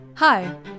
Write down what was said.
Hi